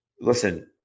listen